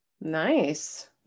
nice